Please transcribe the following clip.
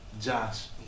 Josh